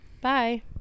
Bye